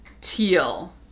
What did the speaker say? teal